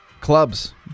clubs